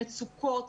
מצוקות,